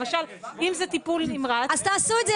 למשל אם זה טיפול נמרץ -- אז תעשו את זה,